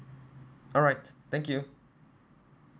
all right thank you